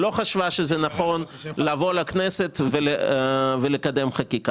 שזה נכון לבוא לכנסת ולקדם חקיקה.